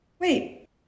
Wait